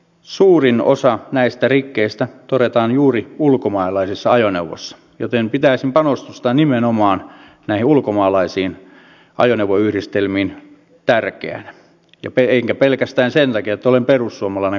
suurin osa näistä rikkeistä todetaan juuri ulkomaalaisessa ajoneuvossa joten pitäisin panostusta nimenomaan ulkomaalaisiin ajoneuvoyhdistelmiin tärkeänä enkä pelkästään sen takia että olen perussuomalainen kansanedustaja